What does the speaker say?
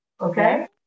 Okay